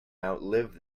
outlive